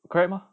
correct ah